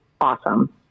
awesome